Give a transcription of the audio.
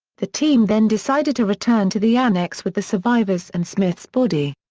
the team then decided to return to the annex with the survivors and smith's body.